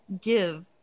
give